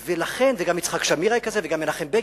וגם יצחק שמיר היה כזה וגם מנחם בגין.